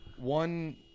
One